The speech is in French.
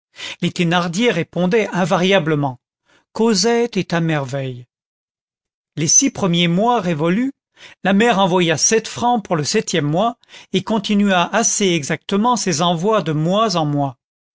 les thénardier répondaient invariablement cosette est à merveille les six premiers mois révolus la mère envoya sept francs pour le septième mois et continua assez exactement ses envois de mois en mois